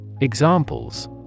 Examples